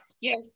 Yes